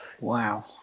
Wow